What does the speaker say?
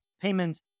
payments